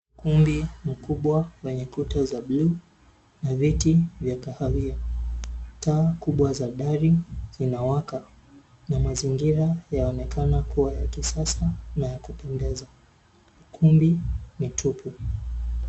Ukumbi mkubwa weneye kuta za buluu na viti vya kahawia. Taa kubwa za dari zinawaka na mazingira yanaonekana kuwa ya kisasa na ya kupendeza. Ukumbi ni mtupu.